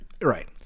Right